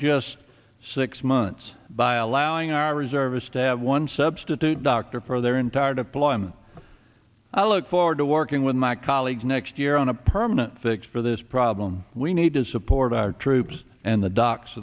just six months by allowing our reservists to have one substitute doctor for their entire deployment i look forward to working with my colleagues next year on a permanent fix for this problem we need to support our troops and the d